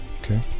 Okay